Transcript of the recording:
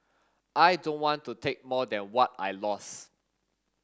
I don't want to take more than what I lost